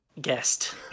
guest